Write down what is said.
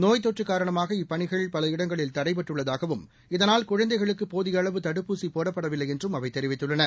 நோய்த் தொற்றுகாரணமாக இப்பணிகள் பல இடங்களில் தடைபட்டுள்ளதாகவும் இதனால் குழந்தைகளுக்குபோதியஅளவு தடுப்பூசிபோடப்படவில்லைஎன்றும் அவைதெரிவித்துள்ளன